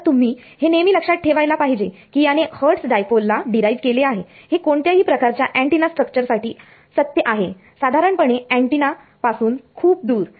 तर तुम्ही हे नेहमी लक्षात ठेवायला पाहिजे की याने हर्टस डायपोल ला डिराईव्ह केले आहे हे कोणतेही प्रकारच्या अँटिना स्ट्रक्चर साठी सत्य आहे साधारणपणे अँटिना पासून खुप दुर